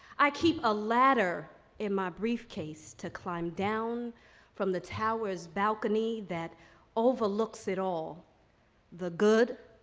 i keep a ladder in my briefcase to climb down from the tower's balcony that overlooks it all the good,